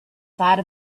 side